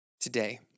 Today